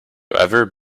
ever